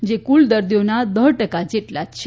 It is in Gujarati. જે ક્રલ દર્દીઓના દોઢ ટકા જેટલા જ છે